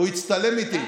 הוא הצטלם איתי.